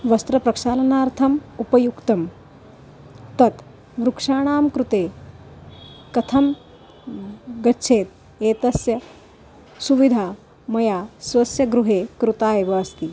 वस्त्रप्रक्षालनार्थम् उपयुक्तं तत् वृक्षाणां कृते कथं गच्छेत् एतस्य सुविधा मया स्वस्य गृहे कृता एव अस्ति